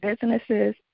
businesses